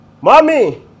Mommy